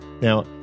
now